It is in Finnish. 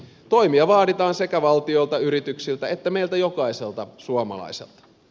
toimia vaaditaan sekä valtiolta yrityksiltä että meiltä jokaiselta suomalaiselta